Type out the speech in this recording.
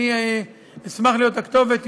אשמח להיות הכתובת,